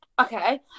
Okay